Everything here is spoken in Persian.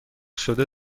شده